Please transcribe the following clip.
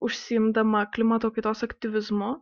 užsiimdama klimato kaitos aktyvizmu